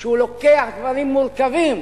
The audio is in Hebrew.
שהוא לוקח דברים מורכבים